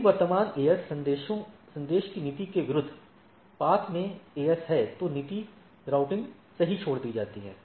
यदि वर्तमान AS संदेश की नीति के विरुद्ध पथ में AS है तो नीति राउटिंग सही छोड़ दी जाती है